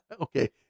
Okay